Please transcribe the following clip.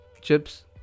chips